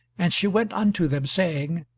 and she went unto them, saying,